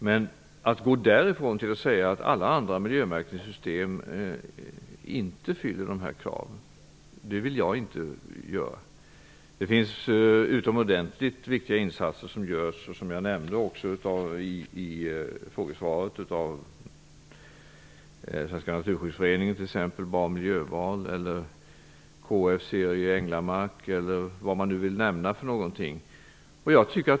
Men därmed vill jag inte säga att alla andra miljömärkningssystem inte uppfyller kraven. Det görs utmordentligt viktiga insatser, som jag nämnde i frågesvaret, av exempelvis Svenska naturskyddsföreningen, Bra miljöval, KF:s serie Änglamark eller vad man nu vill nämna.